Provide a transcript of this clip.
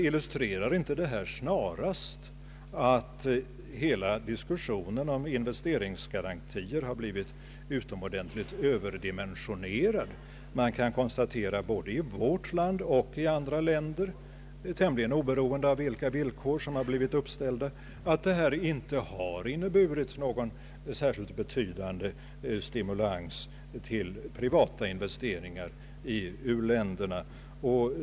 Illustrerar inte detta snarast att hela diskussionen om investeringsgarantier har blivit utomordentligt överdimensionerad? Man kan både i vårt land och i andra länder tämligen oberoende av vilka villkor som blivit uppställda konstatera att det inte har inneburit någon särskilt betydande stimulans till privata investeringar i u-länderna.